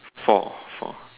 four four